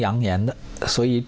young and so you